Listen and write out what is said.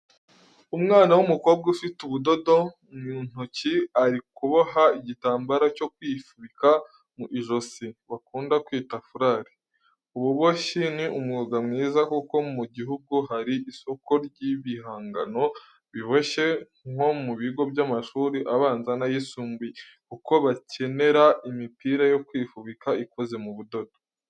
Umwana w'umukobwa ufite ubududo mu ntoki, ari kuboha igitambaro cyo kwifubika mu ijosi bakunda kwita furari. Ububoshyi ni umwuga mwiza kuko mu gihugu hari isoko ry'ibihangano biboshye nko mu bigo by'amashuri abanza n'ayisumbuye, kuko bakenera imipira yo kwifubika ikoze mu budodo.